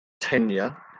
tenure